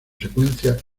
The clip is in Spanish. secuencia